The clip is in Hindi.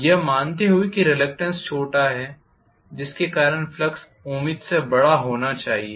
यह मानते हुए कि रिलक्टेन्स छोटा है जिसके कारण फ्लक्स उम्मीद से बड़ा होना चाहिए